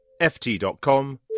ft.com